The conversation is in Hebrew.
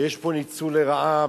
ויש פה ניצול לרעה,